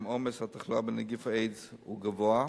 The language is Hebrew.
עומס התחלואה בנגיף האיידס הוא גבוה,